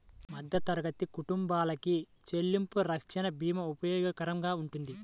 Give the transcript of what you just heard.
మధ్యతరగతి కుటుంబాలకి చెల్లింపు రక్షణ భీమా ఉపయోగకరంగా వుంటది